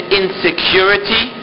insecurity